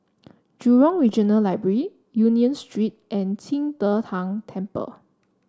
Jurong Regional Library Union Street and Qing De Tang Temple